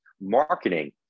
marketing